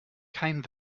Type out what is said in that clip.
kein